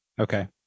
Okay